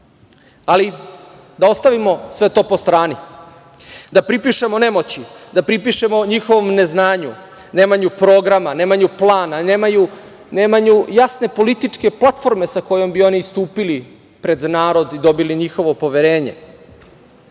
da ostavimo sve to po strani, da pripišemo nemoći, da pripišemo njihovom neznanju, nemanju programa, nemanju plana, nemanju jasne političke platforme sa kojom bi oni istupili pred narod i dobili njihovo poverenje.